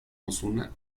osuna